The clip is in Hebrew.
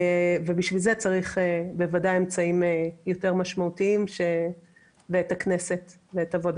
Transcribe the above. לשם כך בוודאי צריך אמצעים יותר משמעותיים ואת הכנסת ואת עבודתה השוטפת.